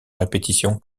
répétition